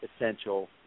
essential